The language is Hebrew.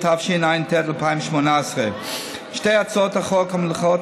התשע"ט 2018. שתי הצעות החוק המונחות